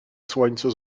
słońcu